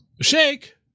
Shake